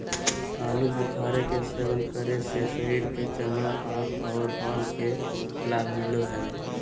आलू बुखारे के सेवन करे से शरीर के चमड़ा, आंख आर बाल के लाभ मिलो हय